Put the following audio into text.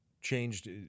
changed